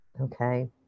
okay